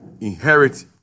inherit